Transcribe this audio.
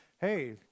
hey